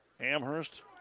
Amherst